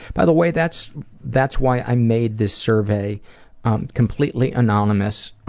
by the way, that's that's why i made this survey um completely anonymous,